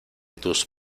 tus